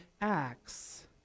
acts